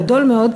גדול מאוד.